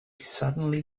suddenly